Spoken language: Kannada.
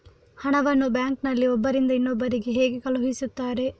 ಹಣವನ್ನು ಬ್ಯಾಂಕ್ ನಲ್ಲಿ ಒಬ್ಬರಿಂದ ಇನ್ನೊಬ್ಬರಿಗೆ ಹೇಗೆ ಕಳುಹಿಸುತ್ತಾರೆ?